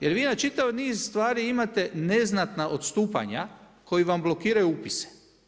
Jer vi na čitav niz stvari imate, neznatna odustajanja koji vam blokiraju upise.